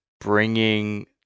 bringing